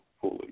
fully